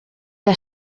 der